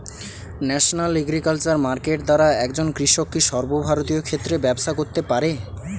National agriculture market দ্বারা একজন কৃষক কি সর্বভারতীয় ক্ষেত্রে ব্যবসা করতে পারে?